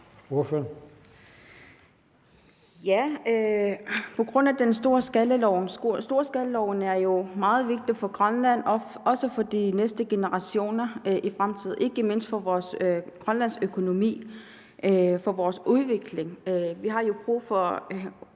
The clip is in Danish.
Doris Jakobsen (SIU): Ja, storskalaloven er jo meget vigtig for Grønland, også for de næste generationer, ikke mindst for Grønlands økonomi, for vores udvikling. Vi har jo brug for